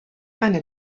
pane